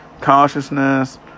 consciousness